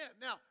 Now